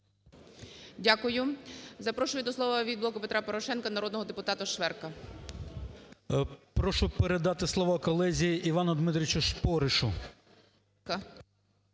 Дякую. Запрошую до слова від "Блоку Петра Порошенка" народного депутата Шверка. 11:13:19 ШВЕРК Г.А. Прошу передати слово колезі Івану Дмитровичу Споришу.